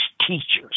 teachers